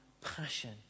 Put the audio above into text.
passion